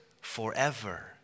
forever